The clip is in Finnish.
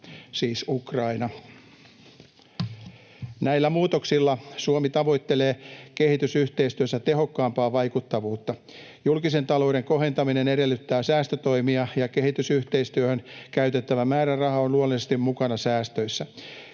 Näillä muutoksilla Suomi tavoittelee kehitysyhteistyössä tehokkaampaa vaikuttavuutta. Julkisen talouden kohentaminen edellyttää säästötoimia, ja kehitysyhteistyöhön käytettävä määräraha on luonnollisesti mukana säästöissä.